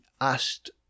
asked